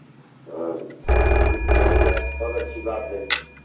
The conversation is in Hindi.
हाँ अब जितनी जल्दी पहुँच जाए तो और अच्छी बात है